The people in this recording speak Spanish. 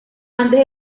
andes